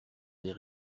des